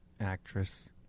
Actress